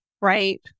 right